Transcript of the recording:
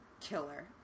killer